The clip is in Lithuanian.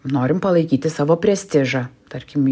norim palaikyti savo prestižą tarkim